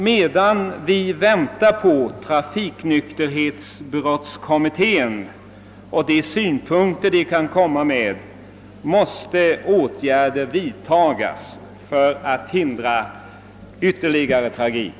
Medan vi väntar på att få se vilka synpunkter trafiknykterhetsbrottskommittén kan anlägga måste åtgärder vidtas för att hindra ytterligare tragik.